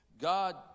God